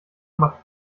macht